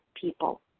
people